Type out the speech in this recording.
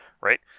Right